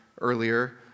earlier